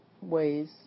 ways